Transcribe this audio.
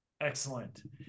Excellent